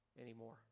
anymore